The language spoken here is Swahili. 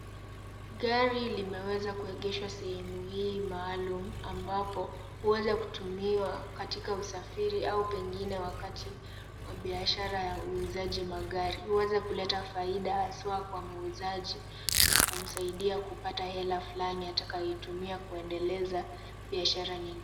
Gari limeweza kueegeshwa sehemu hii maalum ambapo huweza kutumiwa katika usafairi au pengine wakati wa biashara ya uuzaji wa magari, huweza kuleta faida haswa kwa muuzaji na kumsaidia kupata hela fulani atakayoitumia kuendeleza biashara nyingine.